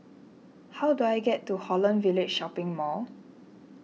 how do I get to Holland Village Shopping Mall